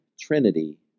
trinity